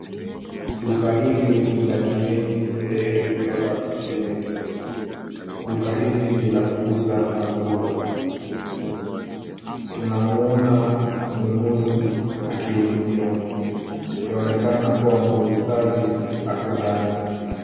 Duka lili ni la Kieni Dairy products limited .Duka hili ni la kuuza maziwa. Tunamuona mnunuzi akihudumiwa, yaonekana kuwa muuzaji ako ndani.